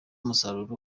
umusaruro